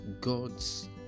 God's